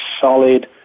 solid